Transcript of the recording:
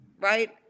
right